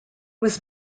was